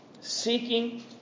seeking